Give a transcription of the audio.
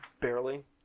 Barely